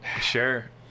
Sure